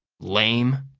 lame?